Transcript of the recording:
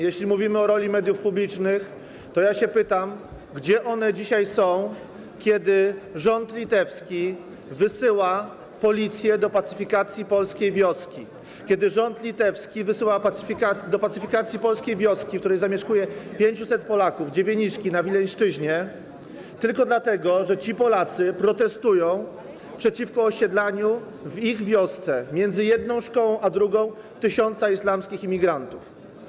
Jeśli mówimy o roli mediów publicznych, to ja pytam, gdzie one dzisiaj są, kiedy rząd litewski wysyła policję do pacyfikacji polskiej wioski, kiedy rząd litewski wysyła ją do pacyfikacji polskiej wioski, w której zamieszkuje 500 Polaków - Dziewieniszki na Wileńszczyźnie - tylko dlatego, że ci Polacy protestują przeciwko osiedlaniu w ich wiosce, między jedną szkołą a drugą, tysiąca islamskich imigrantów.